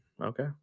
okay